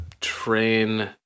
train